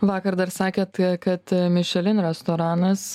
vakar dar sakėt kad mišelin restoranas